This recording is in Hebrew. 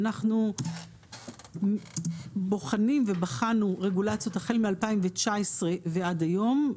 אנחנו בוחנים ובחנו רגולציות החל מ-2019 ועד היום.